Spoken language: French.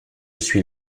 suis